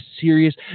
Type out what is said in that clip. serious